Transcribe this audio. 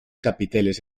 capiteles